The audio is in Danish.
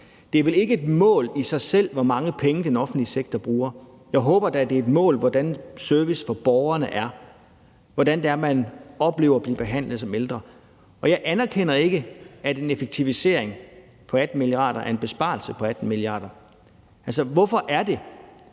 Det er vel ikke et mål i sig selv at fastsætte, hvor mange penge den offentlige sektor bruger. Jeg håber da, det er et mål at bestemme, hvordan servicen for borgerne er; hvordan man oplever at blive behandlet som ældre. Og jeg anerkender ikke, at en effektivisering på 18 mia. kr. er en besparelse på 18 mia. kr. Altså, hvorfor er det,